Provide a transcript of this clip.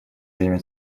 время